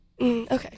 okay